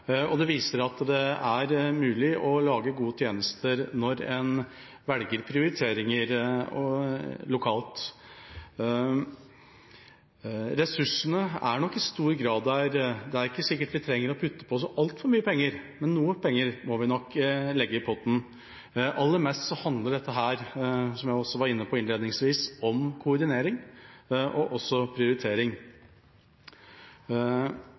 Det viser at det er mulig å lage gode tjenester når en velger prioriteringer lokalt. Ressursene er nok i stor grad der. Det er ikke sikkert vi trenger å putte på så altfor mye penger, men noe penger må vi nok legge i potten. Aller mest handler dette, som jeg også var inne på innledningsvis, om koordinering, og også om prioritering.